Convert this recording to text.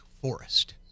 Forest